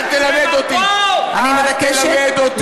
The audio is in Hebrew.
אתה דמגוג.